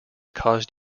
caused